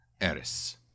Eris